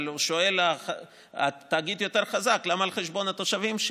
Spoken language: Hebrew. אבל שואל התאגיד היותר-חזק: למה על חשבון התושבים שלי?